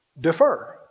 defer